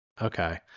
Okay